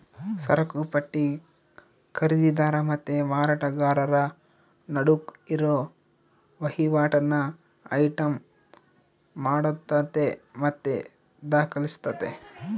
ಸರಕುಪಟ್ಟಿ ಖರೀದಿದಾರ ಮತ್ತೆ ಮಾರಾಟಗಾರರ ನಡುಕ್ ಇರೋ ವಹಿವಾಟನ್ನ ಐಟಂ ಮಾಡತತೆ ಮತ್ತೆ ದಾಖಲಿಸ್ತತೆ